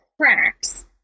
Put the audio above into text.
cracks